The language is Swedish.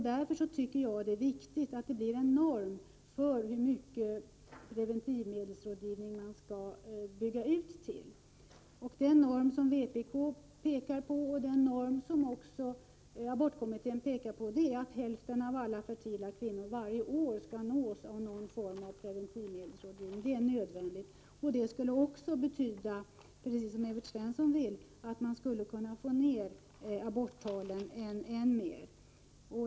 Därför är det viktigt att skapa en norm för hur mycket preventivmedelsrådgivningen skall byggas ut. Den norm som vpk och även abortkommittén har stannat för är att hälften av hela antalet fertila kvinnor varje år skall nås av någon form av preventivmedelsrådgivning. Det är nödvändigt. Det skulle också betyda, precis som Evert Svensson vill, att man kunde få ned antalet aborter än mer.